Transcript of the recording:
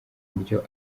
buryo